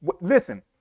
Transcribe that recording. Listen